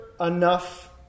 enough